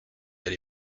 elle